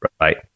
right